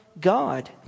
God